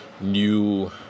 new